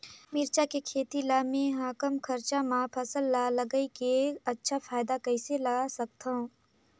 मिरचा के खेती ला मै ह कम खरचा मा फसल ला लगई के अच्छा फायदा कइसे ला सकथव?